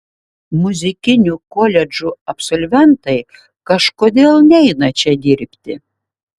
muzikinių koledžų absolventai kažkodėl neina čia dirbti